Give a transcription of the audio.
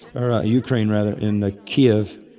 or ukraine rather, in the kiev,